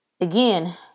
again